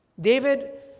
David